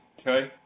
Okay